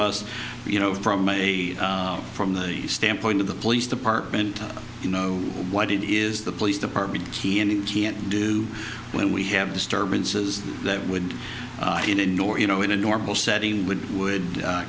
us you know from a from the standpoint of the police department you know what it is the police department can't do when we have disturbances that would nor you know in a normal setting would would